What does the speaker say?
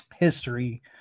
History